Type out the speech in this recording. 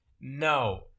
No